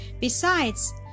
Besides